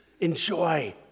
enjoy